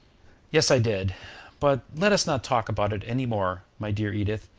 yes, i did but let us not talk about it any more, my dear edith.